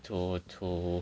to to